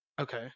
okay